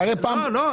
לא.